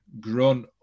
grown